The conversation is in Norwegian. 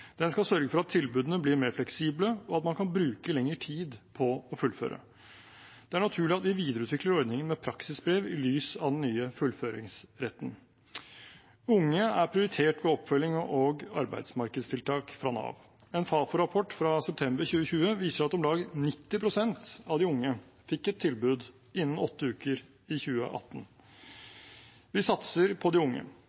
Den skal sørge for at tilbudene blir mer fleksible, og at man kan bruke lengre tid på å fullføre. Det er naturlig at vi videreutvikler ordningen med praksisbrev i lys av den nye fullføringsretten. Unge er prioritert ved oppfølging og arbeidsmarkedstiltak fra Nav. En Fafo-rapport fra september 2020 viser at om lag 90 pst. av de unge fikk et tilbud innen åtte uker i 2018.